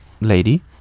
lady